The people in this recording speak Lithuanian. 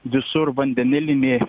visur vandenilinė